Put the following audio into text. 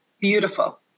Beautiful